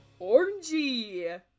orangey